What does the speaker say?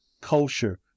culture